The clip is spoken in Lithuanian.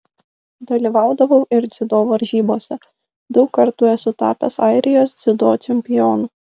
dalyvaudavau ir dziudo varžybose daug kartų esu tapęs airijos dziudo čempionu